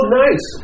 nice